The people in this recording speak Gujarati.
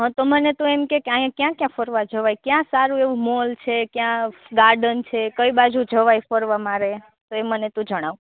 હં તો મને તું એમ કે કે અહીંયા ક્યાં ક્યાં ફરવા જવાય ક્યાં સારું એવું મોલ છે ક્યાં ગાર્ડન છે કઈ બાજુ જવાય ફરવા મારે તો એ મને તું જણાવ